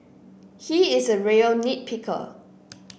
he is a real nit picker